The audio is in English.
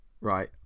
Right